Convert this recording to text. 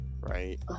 right